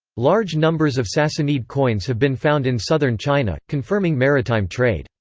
large numbers of sassanid coins have been found in southern china, confirming maritime trade.